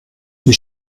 die